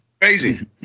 crazy